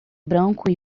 branco